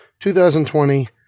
2020